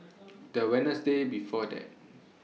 The Wednesday before that